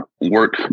work